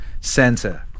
center